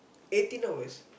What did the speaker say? eighteen hours